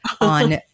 on